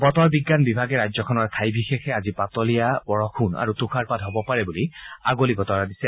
বতৰ বিজ্ঞান বিভাগে ৰাজ্যখনৰ ঠাই বিশেষে আজি পাতলীয়া বৰষুণ আৰু তৃষাৰপাত হ'ব পাৰে আগলি বতৰা দিছে